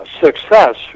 success